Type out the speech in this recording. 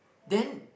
then